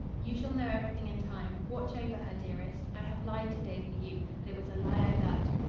you shall know everything in time. watch over her, dearest. i have lied today for you, but it was a lie i loved.